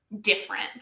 different